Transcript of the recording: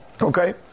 Okay